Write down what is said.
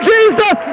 Jesus